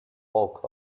folk